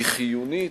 היא חיונית,